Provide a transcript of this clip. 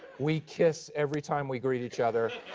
we kiss every time we greet each other.